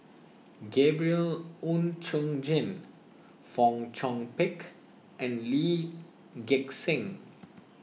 Gabriel Oon Chong Jin Fong Chong Pik and Lee Gek Seng